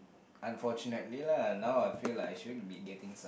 unfortunately lah now I feel like I should be getting some